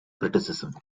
criticism